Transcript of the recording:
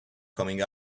coming